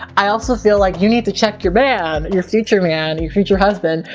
i also feel like you need to check your man, your future man, your future husband.